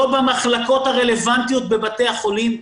לא במחלקות הרלוונטיות בבתי החולים,